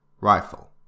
Rifle